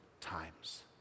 times